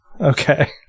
Okay